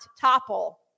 topple